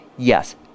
yes